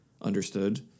understood